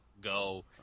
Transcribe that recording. go